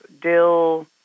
dill